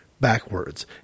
backwards